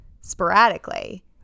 sporadically